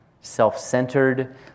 self-centered